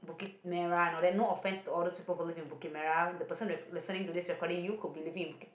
Bukit-Merah and all that no offence to all those people who live in Bukit-Merah the person listening to this you could be living in